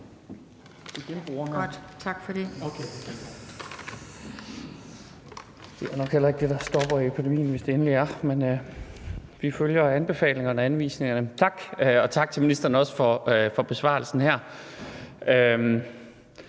Torp): Tak for det.